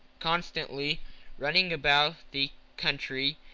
constantly running about the country,